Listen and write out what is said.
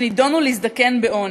שנידונו להזדקן בעוני.